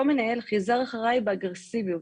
אותו מנהל חיזר אחריי באגרסיביות,